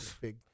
big